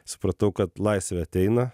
supratau kad laisvė ateina